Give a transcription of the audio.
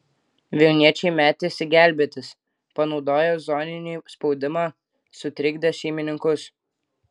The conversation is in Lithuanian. vilniečiai metėsi gelbėtis panaudoję zoninį spaudimą sutrikdė šeimininkus